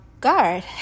guard